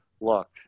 look